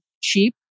cheap